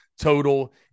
total